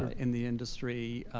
in the industry,